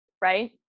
Right